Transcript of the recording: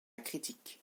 critique